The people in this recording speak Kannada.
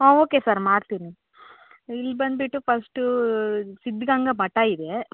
ಹಾಂ ಓಕೆ ಸರ್ ಮಾಡ್ತೀನಿ ಇಲ್ಲಿ ಬಂದ್ಬಿಟು ಫಸ್ಟೂ ಸಿದ್ಧಗಂಗ ಮಠ ಇದೆ